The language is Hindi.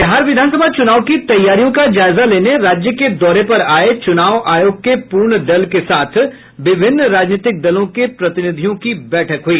बिहार विधानसभा चुनाव की तैयारियों का जायजा लेने राज्य के दौरे पर आये चुनाव आयोग के पूर्ण दल के साथ विभिन्न राजनीतिक दलों के प्रतिनिधियों की बैठक हुई